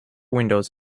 windows